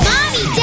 Mommy